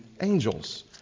angels